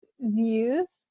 views